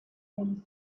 any